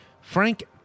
Frank